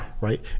Right